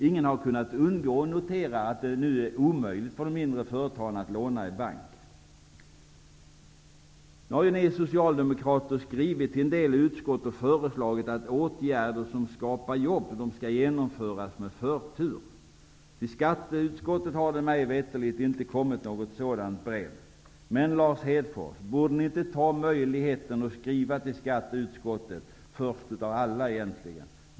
Ingen har kunnat undgå att notera hur omöjligt det är för mindre företag att låna i bank i dag. Nu har ju ni socialdemokrater skrivit till en del utskott och föreslagit att åtgärder som skapar jobb skall genomföras med förtur. Till skatteutskottet har det mig veterligt inte kommit något brev. Men Lars Hedfors, borde ni inte ta möjligheten att skriva till skatteutskottet först av alla?